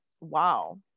wow